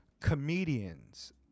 comedians